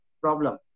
problem